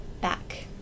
back